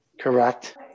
Correct